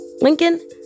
Lincoln